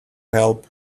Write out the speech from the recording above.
help